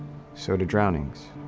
so do drownings.